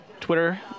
Twitter